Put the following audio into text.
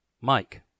Mike